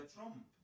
Trump